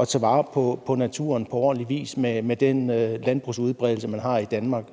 at tage vare på naturen på ordentlig vis med den landbrugsudbredelse, vi har i Danmark,